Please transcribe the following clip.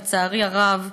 לצערי הרב,